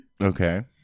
Okay